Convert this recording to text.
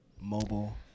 mobile